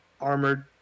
armored